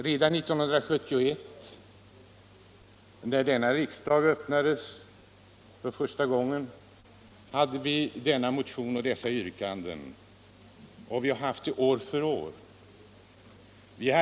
Redan 1971, när denna riksdag för första gången öppnades, väckte vi en motion med dessa yrkanden, och vi har återkommit med dem år efter år.